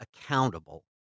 accountable